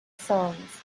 songs